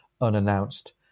unannounced